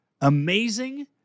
amazing